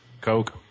Coke